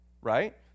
right